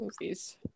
movies